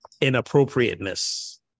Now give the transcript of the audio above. inappropriateness